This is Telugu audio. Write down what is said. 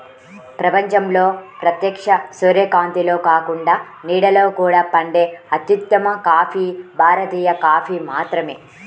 ప్రపంచంలో ప్రత్యక్ష సూర్యకాంతిలో కాకుండా నీడలో కూడా పండే అత్యుత్తమ కాఫీ భారతీయ కాఫీ మాత్రమే